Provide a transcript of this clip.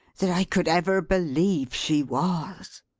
that i could ever believe she was!